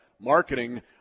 marketing